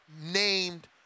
named